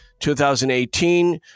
2018